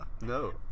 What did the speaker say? No